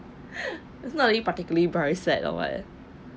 it's not really particularly very sad or what